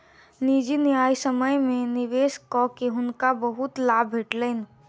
निजी न्यायसम्य में निवेश कअ के हुनका बहुत लाभ भेटलैन